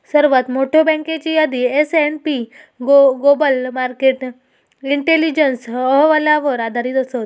सर्वात मोठयो बँकेची यादी S and P Global Market Intelligence अहवालावर आधारित असत